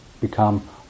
become